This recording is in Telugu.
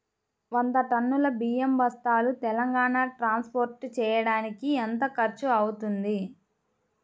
వంద టన్నులు బియ్యం బస్తాలు తెలంగాణ ట్రాస్పోర్ట్ చేయటానికి కి ఎంత ఖర్చు అవుతుంది?